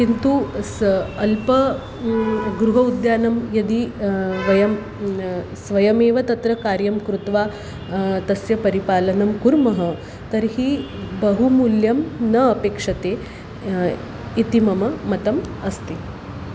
किन्तु सः अल्पं गृह उद्यानं यदि वयं स्वयमेव तत्र कार्यं कृत्वा तस्य परिपालनं कुर्मः तर्हि बहु मूल्यं न अपेक्ष्यते इति मम मतम् अस्ति